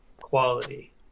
quality